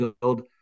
build